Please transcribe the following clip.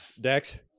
Dex